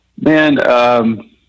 Man